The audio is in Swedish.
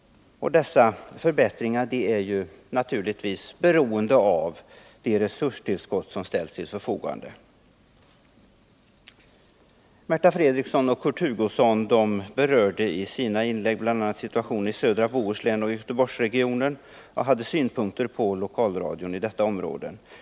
Och dessa förbättringar är 63 naturligtvis beroende av de resurstillskott som ställs till förfogande. Märta Fredrikson och Kurt Hugosson berörde i sina inlägg bl.a. situationen i södra Bohuslän och Göteborgsregionen och hade synpunkter på lokalradion i detta område.